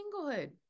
singlehood